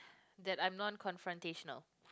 that I'm not confrontational